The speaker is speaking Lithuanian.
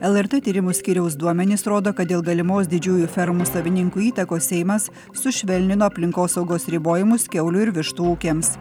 lrt tyrimų skyriaus duomenys rodo kad dėl galimos didžiųjų fermų savininkų įtakos seimas sušvelnino aplinkosaugos ribojimus kiaulių ir vištų ūkiams